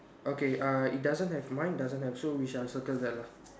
okay uh it doesn't have mine doesn't have so we shall circle that lah